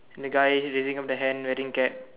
the guy raising up the hand wearing a cap